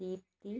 Deepthi